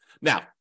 Now